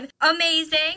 amazing